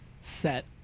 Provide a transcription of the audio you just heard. set